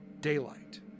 daylight